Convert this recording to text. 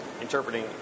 Interpreting